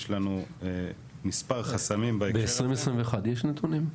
יש לנו מספר חסמים בהקשר הזה --- ב-2021 יש נתונים?